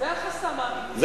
זה החסם האמיתי.